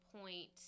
point